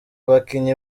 bakinnyi